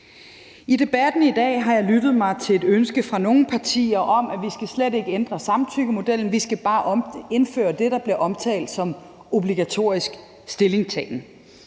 I debatten i dag har jeg lyttet mig til et ønske fra nogle partier om, at vi slet ikke skal ændre samtykkemodellen; vi skal bare indføre det, der bliver omtalt som obligatorisk stillingtagen.